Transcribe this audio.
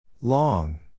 long